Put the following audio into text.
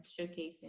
showcasing